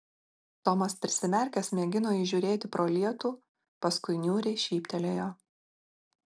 tomas prisimerkęs mėgino įžiūrėti pro lietų paskui niūriai šyptelėjo